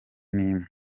n’imwe